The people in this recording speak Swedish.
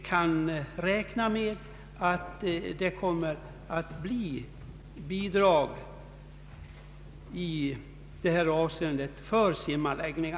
Jag tror att ett svar vore värdefullt för de kommuner som väntar på besked i detta avseende.